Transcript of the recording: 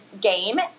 game